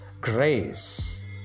grace